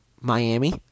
Miami